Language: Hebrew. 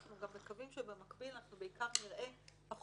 אנחנו גם מקווים שבמקביל אנחנו נראה בעיקר פחות